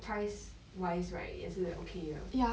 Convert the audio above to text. price wise right 也是 okay 的